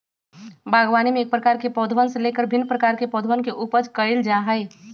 बागवानी में एक प्रकार के पौधवन से लेकर भिन्न प्रकार के पौधवन के उपज कइल जा हई